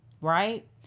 right